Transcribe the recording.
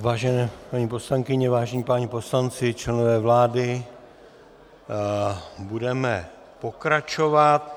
Vážené paní poslankyně, vážení páni poslanci, členové vlády, budeme pokračovat.